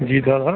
जी दादा